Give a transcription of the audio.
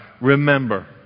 remember